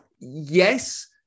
Yes